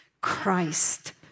Christ